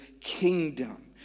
kingdom